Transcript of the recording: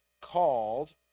called